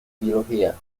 biología